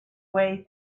way